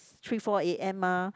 three four a_m mah